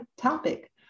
topic